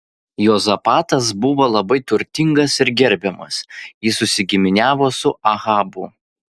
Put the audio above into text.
juozapatas buvo labai turtingas ir gerbiamas jis susigiminiavo su ahabu